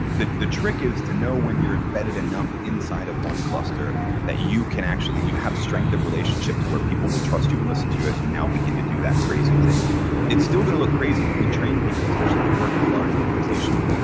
the the trick is to know when you're embedded enough inside of one cluster that you can actually, you have strength of relationship to where people will trust you and listen to you as you now begin to do that crazy thing it's still going to look crazy. and we train people, especially if you work in a large organization,